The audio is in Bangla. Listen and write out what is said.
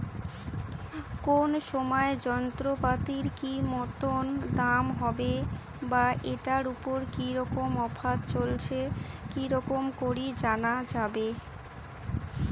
কোন সময় যন্ত্রপাতির কি মতন দাম হবে বা ঐটার উপর কি রকম অফার চলছে কি রকম করি জানা যাবে?